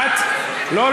לא,